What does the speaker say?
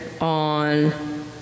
on